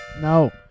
No